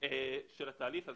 התהליך הזה.